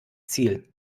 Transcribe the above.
ziel